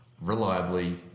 reliably